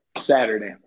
Saturday